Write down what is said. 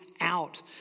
out